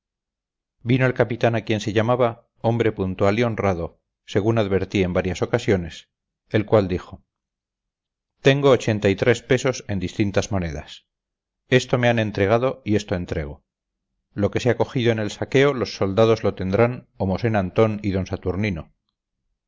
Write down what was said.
vino el capitán a quien se llamaba hombre puntual y honrado según advertí en varias ocasiones el cual dijo tengo ochenta y tres pesos en distintas monedas esto me han entregado y esto entrego lo que se ha cogido en el saqueo los soldados lo tendrán o mosén antón y don saturnino